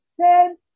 ten